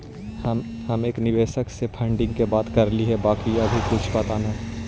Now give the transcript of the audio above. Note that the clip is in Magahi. हम एक निवेशक से फंडिंग की बात करली हे बाकी अभी कुछ पता न